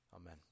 Amen